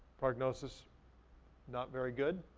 prognosis not very good.